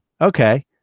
okay